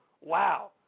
Wow